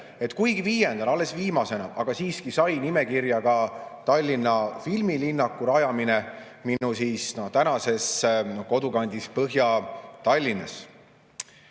et kuigi viiendana, alles viimasena, aga siiski sai nimekirja ka Tallinna filmilinnaku rajamine minu tänases kodukandis Põhja-Tallinnas.